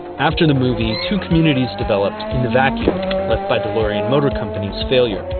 after the movie, two communities developed in the vacuum left by delorean motor company's failure.